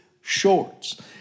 shorts